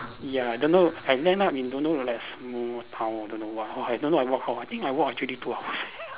ya don't know I end up in don't know like some town don't know what !wah! I don't know I walk how I think I walk actually two hours